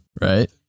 right